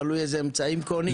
תלוי באיזה אמצעים קונים.